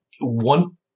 One